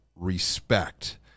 respect